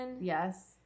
yes